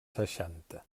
seixanta